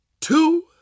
two